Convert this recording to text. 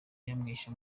yamwishe